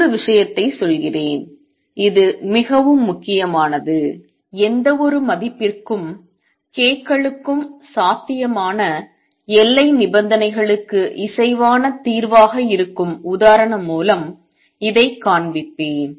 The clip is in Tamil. இன்னொரு விஷயத்தைச் சொல்கிறேன் இது மிகவும் முக்கியமானது எந்தவொரு மதிப்பிற்கும் k க்களுக்கும் சாத்தியமான எல்லை நிபந்தனைகளுக்கு இசைவான தீர்வாக இருக்கும் உதாரணம் மூலம் இதைக் காண்பிப்பேன்